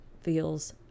feels